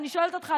אני שואלת אותך,